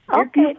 Okay